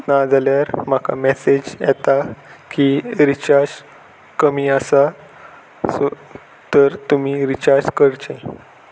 ना जाल्यार म्हाका मॅसेज येता की रिचार्ज कमी आसा सो तर तुमी रिचार्ज करचें